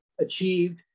achieved